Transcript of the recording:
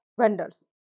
vendors